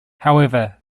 however